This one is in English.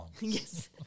Yes